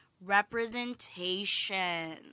representation